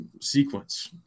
sequence